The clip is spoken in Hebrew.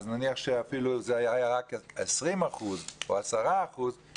אז נניח שזה היה רק 20 אחוזים או 10 אחוזים,